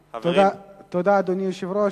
תודה, אדוני היושב-ראש.